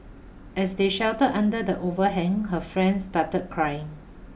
as they sheltered under the overhang her friend started crying